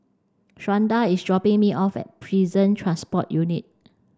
Shawnda is dropping me off at Prison Transport Unit